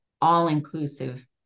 all-inclusive